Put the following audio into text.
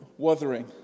Wuthering